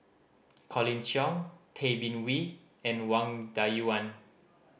Colin Cheong Tay Bin Wee and Wang Dayuan